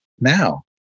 now